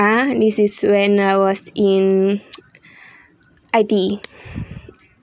ah this is when I was in I_D